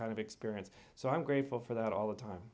kind of experience so i'm grateful for that all the time